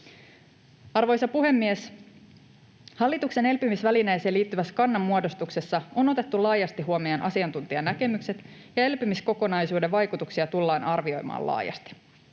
Arvoisa puhemies! Hallituksen elpymisvälineeseen liittyvässä kannanmuodostuksessa on otettu laajasti huomioon asiantuntijanäkemykset ja elpymiskokonaisuuden vaikutuksia tullaan arvioimaan laajasti.